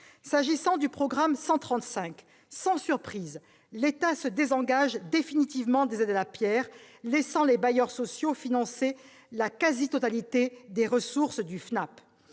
S'agissant du programme 135, sans surprise, l'État se désengage définitivement des aides à la pierre, laissant les bailleurs sociaux financer la quasi-totalité des ressources du FNAP.